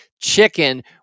Chicken